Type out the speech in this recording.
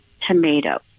tomato